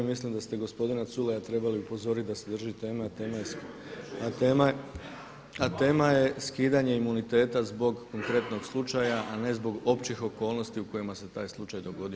Mislim da ste gospodina Culeja trebali upozoriti da se drži teme, a tema je skidanje imuniteta zbog konkretnog slučaja, na ne zbog općih okolnosti u kojima se taj slučaj dogodio.